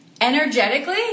Energetically